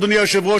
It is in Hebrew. אדוני היושב-ראש,